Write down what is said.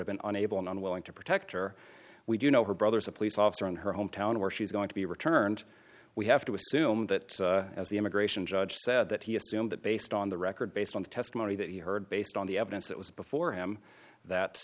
i've been unable and unwilling to protect or we do know her brother is a police officer in her hometown or she's going to be returned we have to assume that as the immigration judge said that he assumed that based on the record based on the testimony that he heard based on the evidence that was before him that